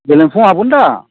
गेलेफुआवबो हाबगोन दा